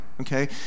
okay